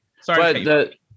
sorry